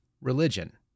religion